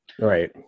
Right